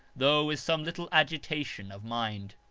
though with some little agitation of mind.